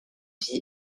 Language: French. fille